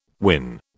Win